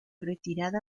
retirada